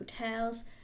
hotels